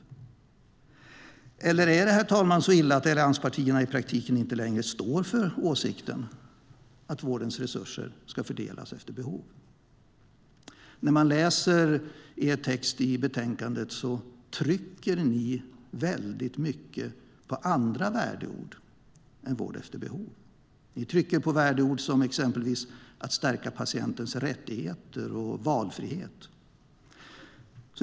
Eller är det, herr talman, så illa att allianspartierna i praktiken inte längre står för åsikten att vårdens resurser ska fördelas efter behov? I er text i betänkandet trycker ni väldigt mycket på andra värdebegrepp än "vård efter behov". Ni trycker exempelvis på värdebegrepp som "att stärka patientens rättigheter" och "valfrihet".